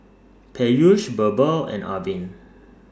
Peyush Birbal and Arvind